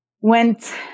went